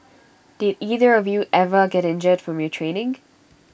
did either of you ever get injured from your training